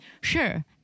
Sure